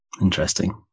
Interesting